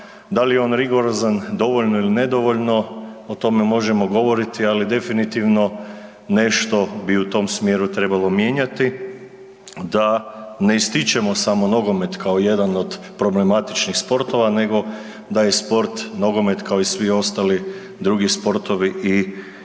da li je on rigorozan dovoljno ili nedovoljno o tome možemo govoriti, ali definitivno nešto bi u tom smjeru trebalo mijenjati da ne ističemo samo nogomet kao jedan od problematičnih sportova, nego da je sport nogomet kao i svi ostali drugi sportovi i